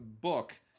book